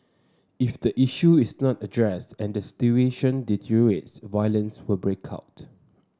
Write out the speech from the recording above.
if the issue is not addressed and the situation deteriorates violence will break out